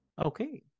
Okay